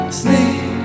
sleep